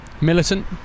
Militant